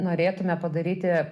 norėtumėme padaryti